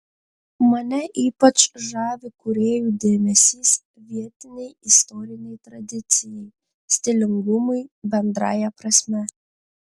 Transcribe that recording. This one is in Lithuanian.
mane ypač žavi kūrėjų dėmesys vietinei istorinei tradicijai stilingumui bendrąja prasme